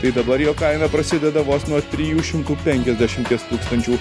tai dabar jo kaina prasideda vos nuo trijų šimtų penkiasdešimties tūkstančių